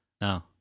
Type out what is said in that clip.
no